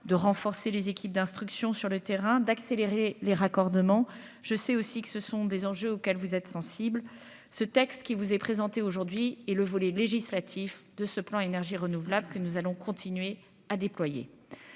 de renforcer les équipes d'instruction sur le terrain, d'accélérer les raccordements je sais aussi que ce sont des enjeux auxquels vous êtes sensible ce texte qui vous est présenté aujourd'hui et le volet législatif de ce plan énergies renouvelables que nous allons continuer à déployer